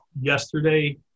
Yesterday